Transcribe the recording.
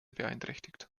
beeinträchtigt